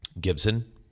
Gibson